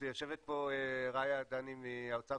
יושבת פה רעיה עדני מהאוצר.